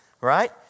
right